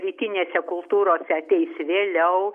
rytinėse kultūrose ateis vėliau